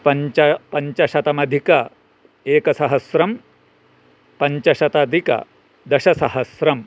पञ्च पञ्चशताधिक एकसहस्रं पञ्चशताधिकदशसहस्रं